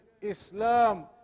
Islam